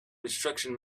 restriction